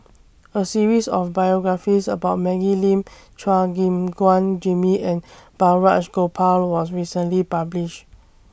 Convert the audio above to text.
A series of biographies about Maggie Lim Chua Gim Guan Jimmy and Balraj Gopal was recently published